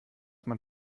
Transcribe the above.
man